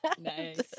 Nice